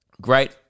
Great